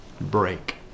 break